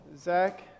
Zach